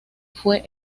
fue